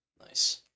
Nice